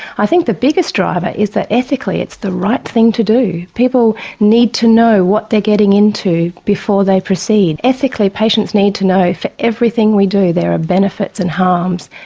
i think the biggest driver is that ethically it's the right thing to do. people need to know what they are getting into before they proceed. ethically patients need to know for everything we do there are benefits and harms,